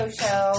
show